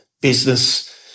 business